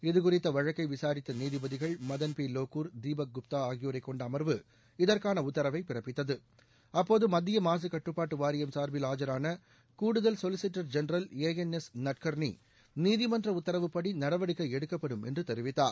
இது குறித்த வழக்கை விசாரித்த நீதிபதிகள் மதன் பி லோகூர் தீபக் குப்தா ஆகியோரைக் கொண்ட அமர்வு இதற்கான உத்தரவை பிறப்பித்தது அப்போது மத்திய மாசு கட்டுப்பாட்டு வாரியம் சார்பில் ஆஜரான கூடுதல் solicitor general A N S Nadkarni நீதிமன்ற உத்தரவு படி நடவடிக்கை எடுக்கப்படும் என்று தெரிவித்தார்